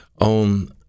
on